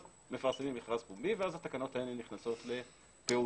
אז מפרסמים מכרז פומבי ואז התקנות האלה נכנסות לפעולה.